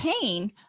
pain